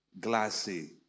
glassy